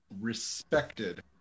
respected